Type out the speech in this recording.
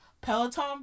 Peloton